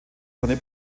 seine